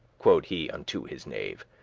quod he unto his knave,